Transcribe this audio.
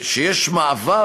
יש מעבר,